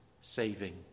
saving